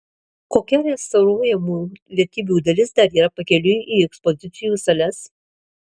kokia restauruojamų vertybių dalis dar yra pakeliui į ekspozicijų sales